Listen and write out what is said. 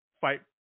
fight